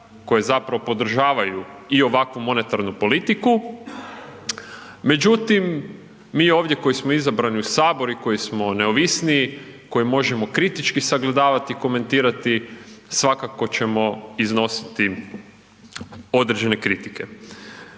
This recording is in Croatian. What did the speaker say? koje zapravo podržavaju i ovakvu monetarnu politiku, međutim mi ovdje koji smo izabrani u saboru i koji smo neovisniji, koji možemo kritički sagledavati i komentirati svakako ćemo iznositi određene kritike.